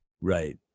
Right